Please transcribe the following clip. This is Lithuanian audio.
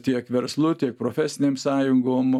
tiek verslu tiek profesinėm sąjungom